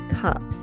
cups